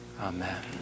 Amen